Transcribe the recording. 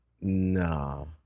No